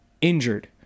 injured